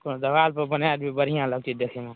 कोनो देवालपर बनाए दियौ बढ़िआँ लगतै देखैमे